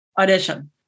audition